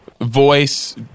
voice